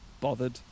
bothered